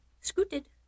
Scooted